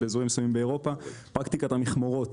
באיזורים מסוימים באירופה פרקטיקת המכמורות.